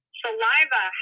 saliva